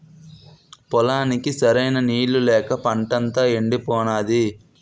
పొలానికి సరైన నీళ్ళు లేక పంటంతా యెండిపోనాది